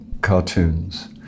cartoons